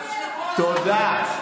תודה.